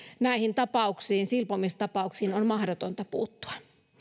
näihin tapauksiin silpomistapauksiin on mahdotonta puuttua